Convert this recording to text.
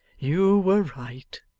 you were right.